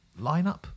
lineup